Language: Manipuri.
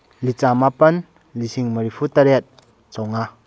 ꯂꯤꯆꯥꯃꯥꯄꯜ ꯂꯤꯁꯤꯡ ꯃꯔꯤꯐꯨ ꯇꯔꯦꯠ ꯆꯃꯉꯥ